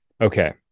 Okay